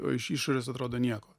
o iš išorės atrodo nieko